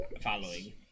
Following